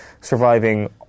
surviving